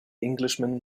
englishman